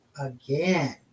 again